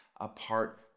apart